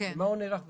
למה הוא נערך וכו'.